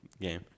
game